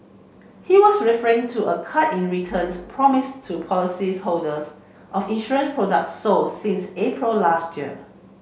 he was referring to a cut in returns promised to polices holders of insurance product sold since April last year